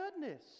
goodness